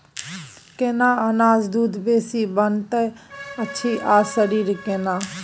केना अनाज दूध बेसी बनबैत अछि आ शरीर केना?